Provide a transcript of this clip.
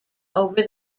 over